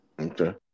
Okay